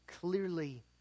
clearly